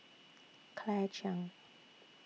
Claire Chiang